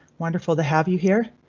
wonderful to have you here.